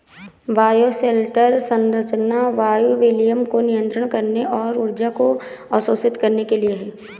bioshelter संरचना वायु विनिमय को नियंत्रित करने और ऊर्जा को अवशोषित करने के लिए है